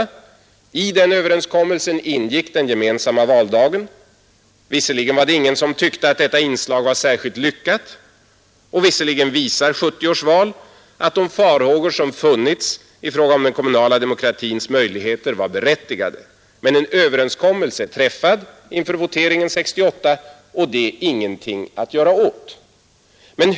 I den överenskommelsen ingick den gemensamma valdagen. Visserligen var det ingen som tyckte att detta inslag var särskilt lyckat och visserligen visar 1970 års val att de farhågor som funnits i fråga om den kommunala demokratins möjligheter var berättigade. Men en överenskommelse är träffad inför voteringen 1968, och det är ingenting att göra åt det.